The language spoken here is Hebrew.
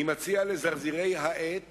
אני מציע לזרזירי העט